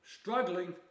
struggling